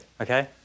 Okay